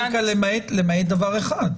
כל דיין --- למעט דבר אחד.